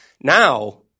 Now